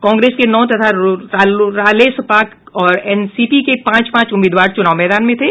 कांग्रेस के नौ तथा रालेसपा और एनसीपी के पांच पांच उम्मीदवार चुनाव मैदान में थे